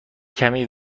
کمی